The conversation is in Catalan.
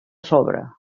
sobra